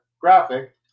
graphic